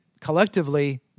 collectively